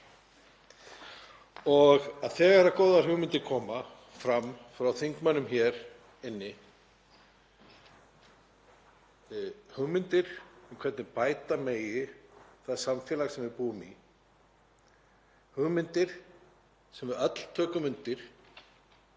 Og þegar góðar hugmyndir koma fram frá þingmönnum, hugmyndir um hvernig bæta megi það samfélag sem við búum í, hugmyndir sem við öll tökum undir,